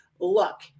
Look